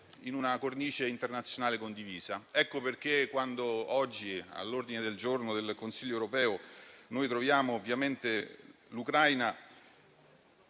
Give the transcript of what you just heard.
in una cornice internazionale condivisa. Oggi all'ordine del giorno del Consiglio europeo troviamo ovviamente l'Ucraina